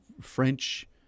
French